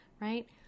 right